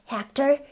Hector